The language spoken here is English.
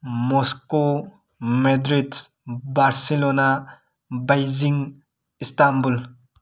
Moscow Madrid Barcelona Beijing Istanbul